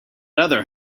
other